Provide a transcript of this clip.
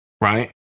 right